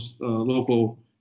local